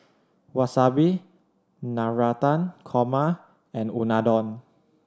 Wasabi Navratan Korma and Unadon